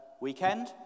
weekend